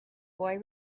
boy